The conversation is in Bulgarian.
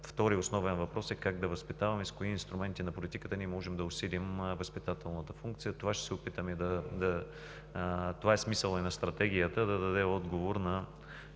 Втори основен въпрос е как да възпитаваме, с кои инструменти на политиката ние можем да усилим възпитателната функция. Това е смисълът и на стратегията – да даде отговор,